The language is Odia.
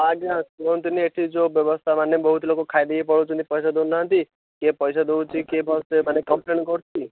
ଆଜ୍ଞା କୁହନ୍ତୁନି ଏଇଠି ଯେଉଁ ବ୍ୟବସ୍ଥା ମାନେ ବହୁତ ଲୋକ ଖାଇ ଦେଇକି ପଳଉଛନ୍ତି ପଇସା ଦଉ ନାହାନ୍ତି କିଏ ପଇସା ଦେଉଛି କିଏ କମ୍ପଲେନ୍ କରୁଛି